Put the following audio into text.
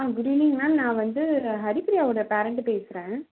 ஆ good evening ma'am நான் வந்து ஹரிபிரியாவோட பேரெண்ட்டு பேசுகிறேன்